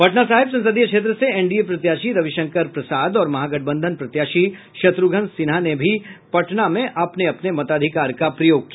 पटना साहिब संसदीय क्षेत्र से एनडीए प्रत्याशी रविशंकर प्रसाद और महागठबंधन प्रत्याशी शत्रुघ्न सिन्हा ने भी पटना में अपने मताधिकार का प्रयोग किया